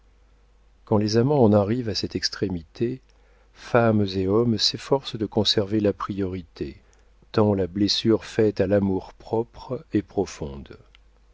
quand les amants en arrivent à cette extrémité femmes et hommes s'efforcent de conserver la priorité tant la blessure faite à l'amour-propre est profonde